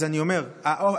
אז אני אומר שוב,